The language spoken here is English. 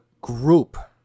group